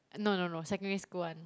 no no no secondary school [one]